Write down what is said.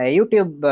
YouTube